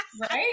Right